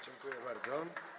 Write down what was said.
Dziękuję bardzo.